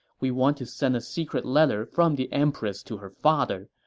we want to send a secret letter from the empress to her father.